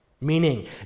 Meaning